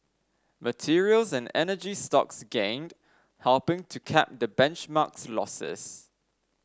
materials and energy stocks gained helping to cap the benchmark's losses